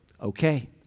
okay